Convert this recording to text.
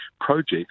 projects